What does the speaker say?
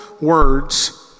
words